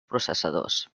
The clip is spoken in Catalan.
processadors